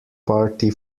party